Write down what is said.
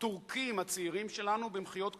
"הטורקים הצעירים" שלנו, במחיאות כפיים: